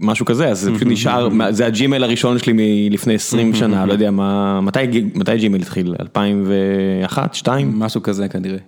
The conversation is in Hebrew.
משהו כזה זה נשאר מה זה הג'ימייל הראשון שלי מלפני 20 שנה לא יודע מתי מתי ג'ימייל התחיל 2001-2002? משהו כזה כנראה.